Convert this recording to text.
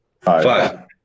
Five